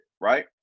right